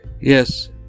Yes